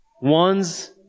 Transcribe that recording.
ones